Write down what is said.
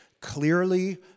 clearly